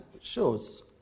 shows